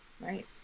Right